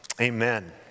Amen